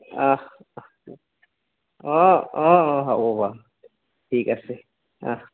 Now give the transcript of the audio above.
অহ্ অঁ অঁ হ'ব বাৰু ঠিক আছে অহ্